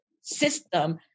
system